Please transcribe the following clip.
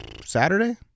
Saturday